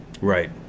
Right